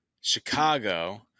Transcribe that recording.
chicago